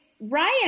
Ryan